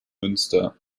münster